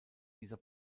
dieser